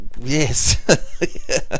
Yes